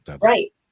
Right